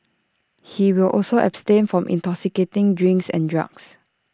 he will also abstain from intoxicating drinks and drugs